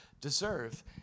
deserve